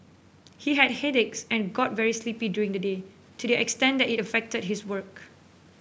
he had headaches and got very sleepy during the day to the extent that it affected his work